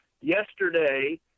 yesterday